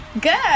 Good